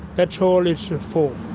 that's all it's for.